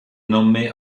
nommée